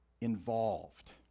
involved